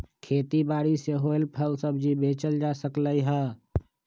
खेती बारी से होएल फल सब्जी बेचल जा सकलई ह